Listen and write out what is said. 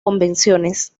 convenciones